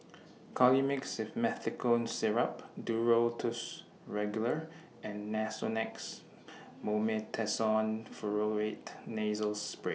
Colimix Simethicone Syrup Duro Tuss Regular and Nasonex Mometasone Furoate Nasal Spray